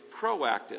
proactive